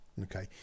Okay